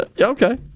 Okay